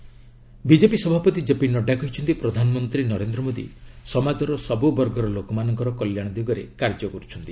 Nadda Assam BJP ସଭାପତି JP Nadda କହିଛନ୍ତି ପ୍ରଧାନମନ୍ତ୍ରୀ ନରେନ୍ଦ୍ର ମୋଦୀ ସମାଜର ସବୁବର୍ଗର ଲୋକମାନଙ୍କ କଲ୍ୟାଣ ଦିଗରେ କାର୍ଯ୍ୟ କରୁଛନ୍ତି